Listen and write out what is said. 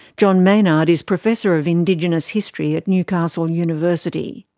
john maynard is professor of indigenous history at newcastle university.